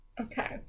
Okay